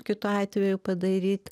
kitu atveju padaryt